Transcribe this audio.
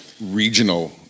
regional